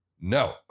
No